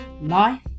life